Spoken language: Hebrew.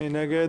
מי נגד?